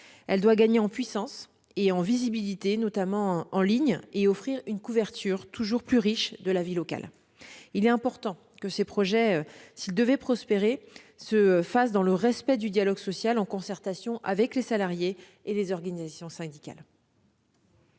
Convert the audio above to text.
Elle doit gagner en puissance et en visibilité, notamment en ligne, et offrir une couverture toujours plus riche de la vie locale. Il est important que ces projets, s'ils devaient prospérer, se fassent dans le respect du dialogue social, en concertation avec les salariés et les organisations syndicales.